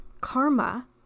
karma